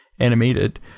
animated